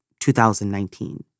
2019